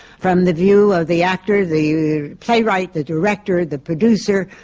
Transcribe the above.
from the view of the actor, the playwright, the director, the producer,